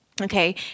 Okay